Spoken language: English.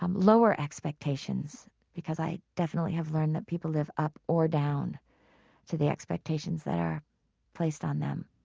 um lower expectations because i definitely have learned that people live up or down to the expectations that are placed on them